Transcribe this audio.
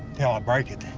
till i break it.